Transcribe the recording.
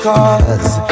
Cause